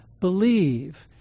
believe